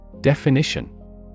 Definition